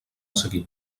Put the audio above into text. seguir